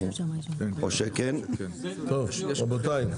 טוב, רבותיי.